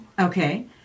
Okay